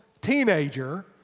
teenager